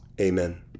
amen